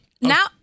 now